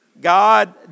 God